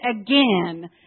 again